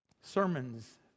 Sermons